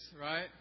Right